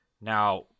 Now